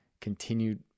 continued